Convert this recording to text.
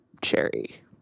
cherry